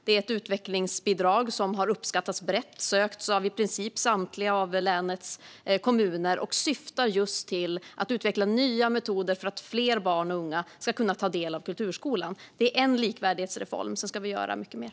Det är ett utvecklingsbidrag som har uppskattats brett, som har sökts av i princip samtliga av länets kommuner och som syftar till att utveckla nya metoder för att fler barn och ungdomar ska kunna ta del av kulturskolan. Det är en delaktighetsreform. Sedan ska vi göra mycket mer.